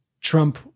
Trump